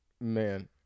Man